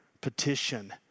petition